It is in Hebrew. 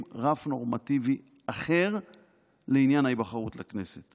רף נורמטיבי אחר לעניין ההיבחרות לכנסת.